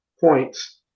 points